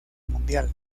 mundial